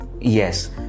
yes